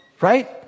right